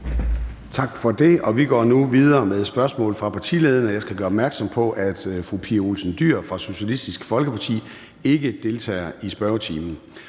Tak for det. Vi går nu videre med spørgsmål fra partilederne. Jeg skal gøre opmærksom på, at fru Pia Olsen Dyhr fra Socialistisk Folkeparti ikke deltager i spørgetimen.